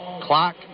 clock